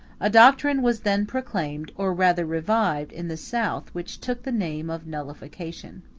a doctrine was then proclaimed, or rather revived, in the south, which took the name of nullification.